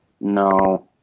No